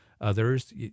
Others